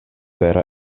per